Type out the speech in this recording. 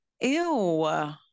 Ew